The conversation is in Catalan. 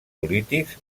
polítics